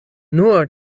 nur